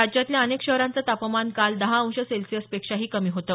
राज्यातल्या अनेक शहरांचं तापमान काल दहा अंश सेल्सिअसपेक्षा कमी होतं